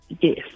Yes